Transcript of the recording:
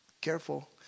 Careful